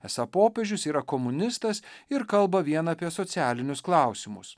esą popiežius yra komunistas ir kalba vien apie socialinius klausimus